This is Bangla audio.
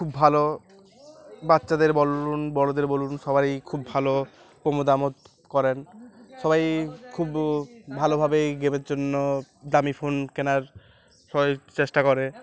খুব ভালো বাচ্চাদের বলুন বড়োদের বলুন সবারই খুব ভালো কোমোদ আমোদ করেন সবাই খুব ভালোভাবেই গেমের জন্য দামি ফোন কেনার সবাই চেষ্টা করে